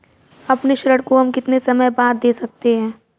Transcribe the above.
अपने ऋण को हम कितने समय बाद दे सकते हैं?